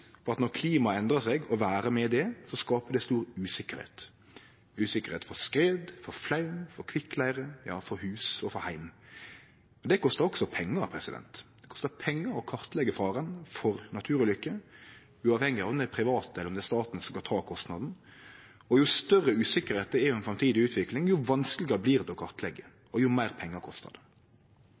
på at når klimaet endrar seg, og vêret med det, skaper det stor usikkerheit – usikkerheit for skred, flaum, kvikkleire, ja hus og heim. Det kostar også pengar. Det kostar pengar å kartleggje faren for naturulykker, uavhengig av om det er private, eller om det er staten, som skal ta kostnaden. Jo større usikkerheit det er om ei framtidig utvikling, jo vanskelegare blir det å kartleggje, og jo meir